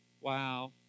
Wow